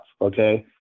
Okay